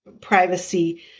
privacy